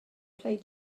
play